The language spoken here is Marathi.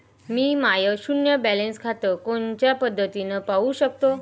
मी माय शुन्य बॅलन्स खातं कोनच्या पद्धतीनं पाहू शकतो?